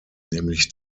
nämlich